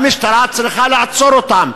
המשטרה צריכה לעצור אותם,